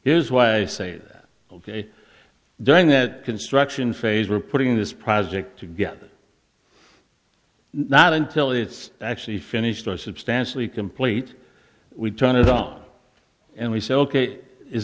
is why i say that ok during that construction phase we're putting this project together not until it's actually finished are substantially complete we turned it on and we said ok is